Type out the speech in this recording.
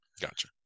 Gotcha